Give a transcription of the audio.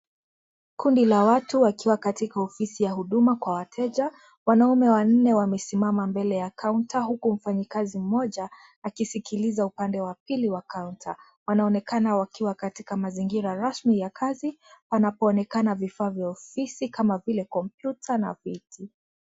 Kundi la watu wakiwa katika ofisi ya huduma ya wateja. Wanaume wanne wamesimama mbele ya kaunta huku mfanyikazi mmoja akisikiliza upande wa pili wa kaunta. Wanaonekana wakiwa katika mazingira rasmi ya kazi, panapoonekana vifaa vya ofisi kama vile kompyuta na viti.